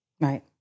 Right